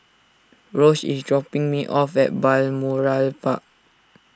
Rose is dropping me off at Balmoral Park